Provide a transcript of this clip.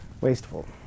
wasteful